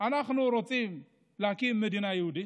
אנחנו רוצים להקים מדינה יהודית,